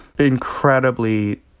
incredibly